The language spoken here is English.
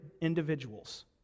individuals